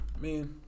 man